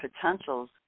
potentials